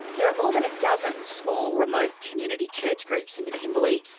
there are more than a dozen small, remote community church groups in the kimberley,